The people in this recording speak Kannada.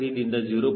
3 ದಿಂದ 0